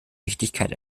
richtigkeit